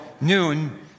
noon